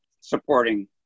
supporting